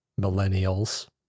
Millennials